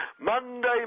Monday